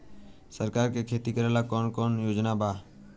सरकार के खेती करेला कौन कौनसा योजना बा?